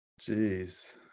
jeez